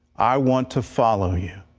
i want to follow you